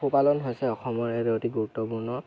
পশুপালন হৈছে অসমৰ এক অতি গুৰুত্বপূৰ্ণ